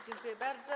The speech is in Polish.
Dziękuję bardzo.